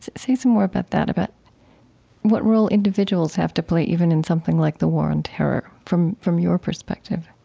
say some more about that, about what role individuals have to play even in something like the war on terror, from from your perspective